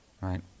right